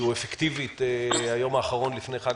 שהוא אפקטיבית היום האחרון לפני חג